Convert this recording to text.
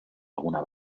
alguna